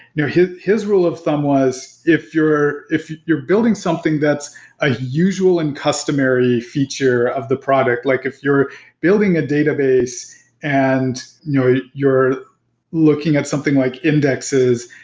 his his rule of thumb was if you're if you're building something that's a usual and customary feature of the product, like if you're building a database and you're you're looking at something like indexes.